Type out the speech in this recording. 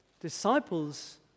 Disciples